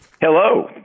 Hello